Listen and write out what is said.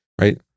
right